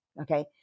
okay